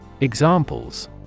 Examples